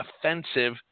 offensive